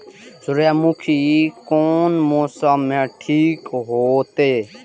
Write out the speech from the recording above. सूर्यमुखी कोन मौसम में ठीक होते?